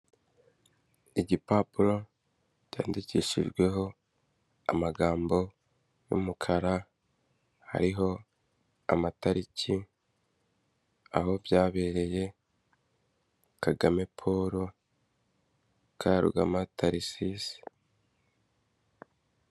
Igipapuro cyandikishijweho amagambo y'umukara hariho amatariki, aho byabereye, Kagame Paul, Karugama Taricise.